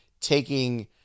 taking